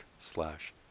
slash